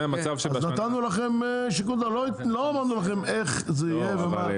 נתנו לכם שיקול דעת לא אמרנו לכם איך זה יהיה ומה.